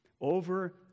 over